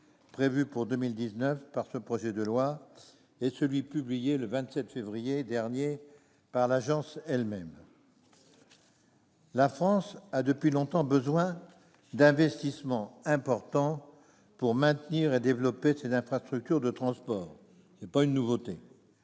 que prévu par ce projet de loi, et celui qui a été publié le 27 février dernier par l'agence elle-même. La France a depuis longtemps besoin d'investissements importants pour maintenir et développer ses infrastructures de transport ; ce n'est pas une nouveauté.